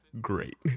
great